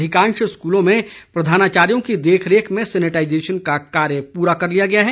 अधिकांश स्कूलों में प्रधानाचार्यों की देख रेख में सेनेटाईजेशन का कार्य पूरा कर लिया गया है